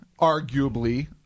arguably